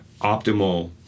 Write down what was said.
optimal